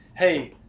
hey